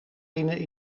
binnen